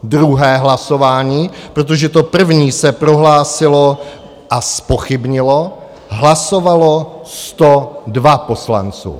Druhé hlasování, protože to první se prohlásilo a zpochybnilo, hlasovalo 102 poslanců.